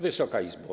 Wysoka Izbo!